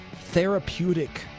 therapeutic